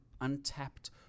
untapped